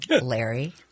Larry